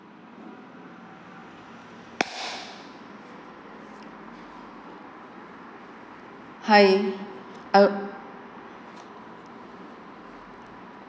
hi I